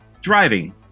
driving